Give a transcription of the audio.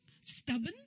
stubborn